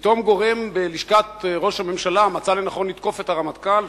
פתאום גורם בלשכת ראש הממשלה מצא לנכון לתקוף את הרמטכ"ל,